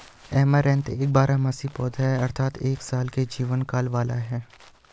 amaranth एक बारहमासी पौधा है अर्थात एक साल के जीवन काल वाला है